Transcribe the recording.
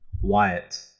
Wyatt